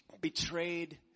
betrayed